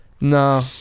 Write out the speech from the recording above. No